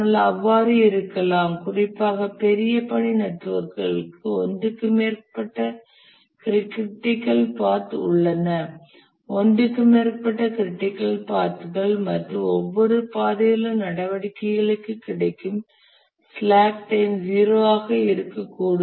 ஆனால் அவ்வாறு இருக்கலாம் குறிப்பாக பெரிய பணி நெட்வொர்க்குகளுக்கு ஒன்றுக்கு மேற்பட்ட க்ரிட்டிக்கல் பாத் உள்ளன ஒன்றுக்கு மேற்பட்ட க்ரிட்டிக்கல் பாத் கள் மற்றும் ஒவ்வொரு பாதையிலும் நடவடிக்கைகளுக்கு கிடைக்கும் ஸ்லாக் டைம் 0 ஆக இருக்கக்கூடும்